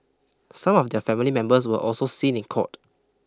some of their family members were also seen in court